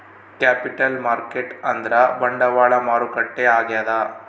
capital market ಅಂದ್ರ ಬಂಡವಾಳ ಮಾರುಕಟ್ಟೆ ಆಗ್ಯಾದ